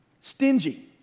Stingy